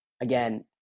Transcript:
again